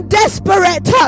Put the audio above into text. desperate